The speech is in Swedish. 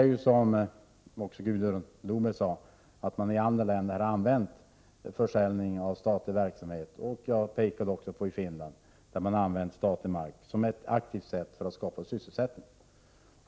Som Gudrun Norberg sade, har man i andra länder använt utförsäljning av statlig verksamhet. Själv pekade jag på Finland som exempel, där man har använt statlig mark som ett aktivt sätt att skapa sysselsättning.